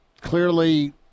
clearly